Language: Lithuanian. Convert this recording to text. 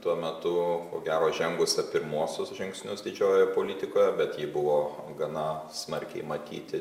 tuo metu ko gero žengusią pirmuosius žingsnius didžiojoje politikoje bet ji buvo gana smarkiai matyti